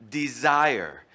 desire